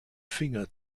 finger